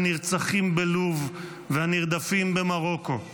הנרצחים בלוב והנרדפים במרוקו.